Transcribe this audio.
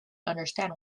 understand